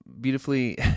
beautifully